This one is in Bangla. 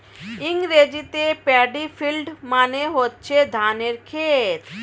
ইংরেজিতে প্যাডি ফিল্ড মানে হচ্ছে ধানের ক্ষেত